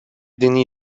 dini